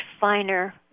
finer